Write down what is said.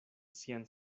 sian